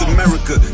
America